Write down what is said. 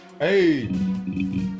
Hey